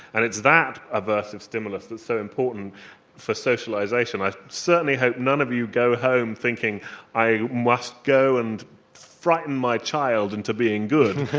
and it's that aversive stimulus that's so important for socialisation. i certainly hope none of you go home thinking i must go and frighten my child into being good,